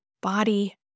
body